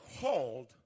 called